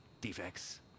defects